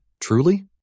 truly